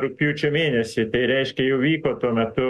rugpjūčio mėnesį tai reiškia jau vyko tuo metu